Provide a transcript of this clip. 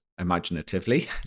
imaginatively